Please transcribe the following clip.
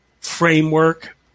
framework